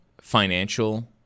financial